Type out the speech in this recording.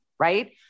Right